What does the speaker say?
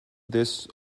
this